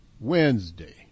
Wednesday